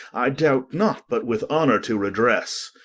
i doubt not, but with honor to redresse.